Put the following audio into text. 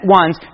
ones